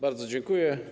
Bardzo dziękuję.